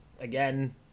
again